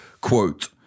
Quote